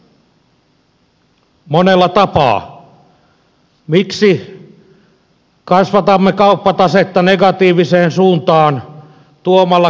miksi kasvatamme kauppatasetta negatiiviseen suuntaan tuomalla kivihiiltä